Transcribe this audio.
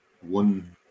one